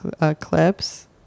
eclipse